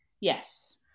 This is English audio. yes